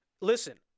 Listen